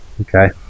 Okay